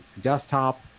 desktop